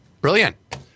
Brilliant